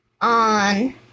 On